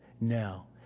Now